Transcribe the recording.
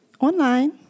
online